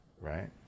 Right